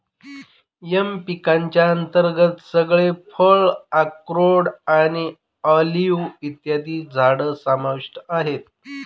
M पिकांच्या अंतर्गत सगळे फळ, अक्रोड आणि ऑलिव्ह इत्यादींची झाडं समाविष्ट आहेत